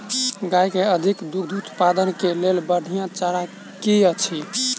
गाय केँ अधिक दुग्ध उत्पादन केँ लेल बढ़िया चारा की अछि?